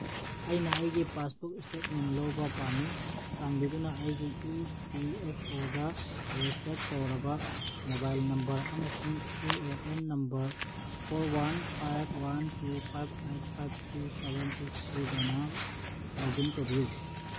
ꯑꯩꯅ ꯑꯩꯒꯤ passbook statement ꯂꯧꯕ ꯄꯥꯝꯃꯤ ꯆꯥꯟꯕꯤꯗꯨꯅ ꯑꯩꯒꯤ E P F O registered ꯇꯧꯔꯕ ꯃꯣꯕꯥꯏꯜ ꯅꯝꯕꯔ ꯑꯃꯁꯨꯡ U A N number four one five one two five eight five three seven six ꯇꯨꯒꯅ ꯂꯣꯛꯏꯟ ꯇꯧꯕꯤꯌꯨ